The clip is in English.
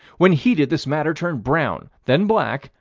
when heated, this matter turned brown, then black,